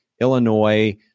Illinois